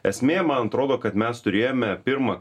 esmė man atrodo kad mes turėjome pirmą